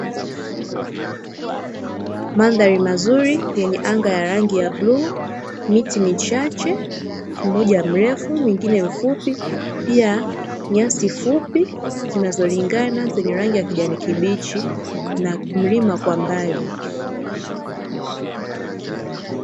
Mandhari mazuri yenye anga ya rangi ya bluu, miti michache mmoja mrefu mwingine mfupi, pia nyasi fupi zinazolingana zenye rangi ya kijani kibichi na mlima kwa mbali.